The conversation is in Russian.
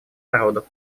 народов